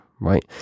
right